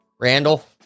Randall